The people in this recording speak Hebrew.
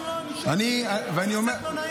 נכון.